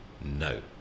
No